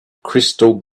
crystal